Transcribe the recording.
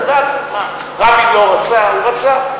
לדעת מה, בסדר.